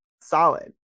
solid